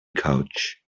couch